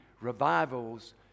revival's